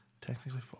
Technically